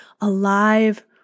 alive